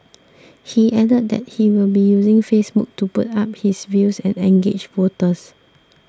he added that he will be using Facebook to put up his views and engage voters